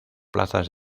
plazas